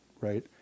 right